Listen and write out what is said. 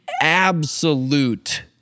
absolute